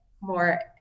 more